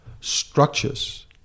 structures